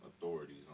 authorities